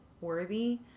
worthy